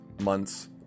months